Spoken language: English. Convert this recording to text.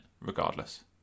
regardless